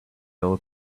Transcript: old